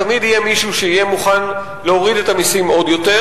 תמיד יהיה מישהו שמוכן להוריד את המסים עוד יותר,